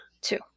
Two